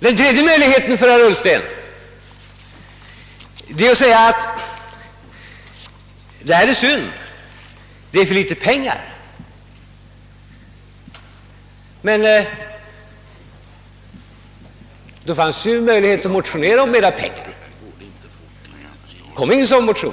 där, herr Ullsten? En tredje möjlighet för herr Ullsten hade varit att förklara att anslagen är för små och att motionera om mera pengar. Men det väcktes ingen sådan motion.